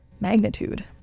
magnitude